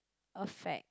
affect